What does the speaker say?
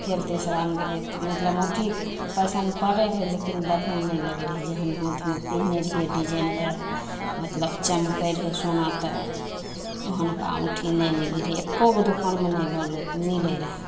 फेर तीसरामे गेलियै तऽ मतलब औँठी पसन्द पड़य रहय लेकिन बढ़िआँ नहि लगय रहय जेहन हाथमे पिन्हने रहियै डिजाइनगर मतलब चमकय रहय सोना तरह ओहनका औँठी नहि मिलय रहय एकौ गो दोकानमे नहि मिलय रहय